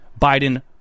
biden